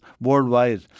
worldwide